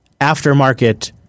aftermarket